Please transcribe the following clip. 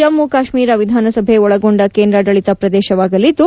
ಜಮ್ಮು ಕಾಶ್ಟೀರ ವಿಧಾನಸಭೆ ಒಳಗೊಂಡ ಕೇಂದ್ರಾಡಳಿತ ಪ್ರದೇಶವಾಗಲಿದ್ದು